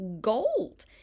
gold